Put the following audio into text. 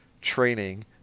training